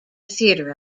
theater